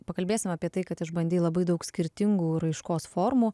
pakalbėsim apie tai kad išbandei labai daug skirtingų raiškos formų